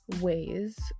ways